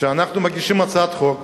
כשאנחנו מציעים הצעת חוק,